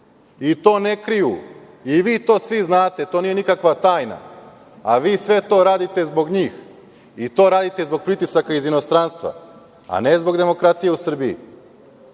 i to ne kriju. Vi to svi znate, to nije nikakva tajna, a vi sve to radite zbog njih i to radite zbog pritisaka iz inostranstva, a ne zbog demokratije u Srbiji.